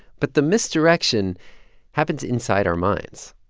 but the misdirection happens inside our minds.